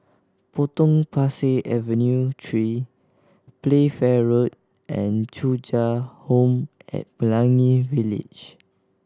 Potong Pasir Avenue Three Playfair Road and Thuja Home at Pelangi Village